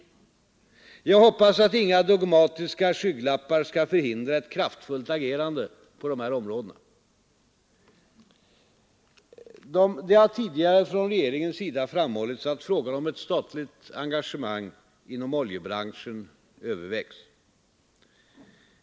Jag hoppas att inga dogmatiska skygglappar skall förhindra ett kraftfullt agerande på dessa områden. Det har tidigare från regeringens sida framhållits, att frågan om ett statligt engagemang inom oljebranschen övervägs.